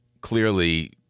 clearly